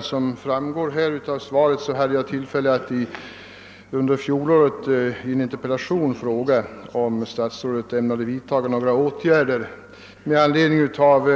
Såsom framgår av svaret hade jag tillfälle att under fjolåret i en interpellation fråga om statsrådet ämnade vidta några åtgärder med anledning av